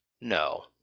No